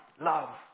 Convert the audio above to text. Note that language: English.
Love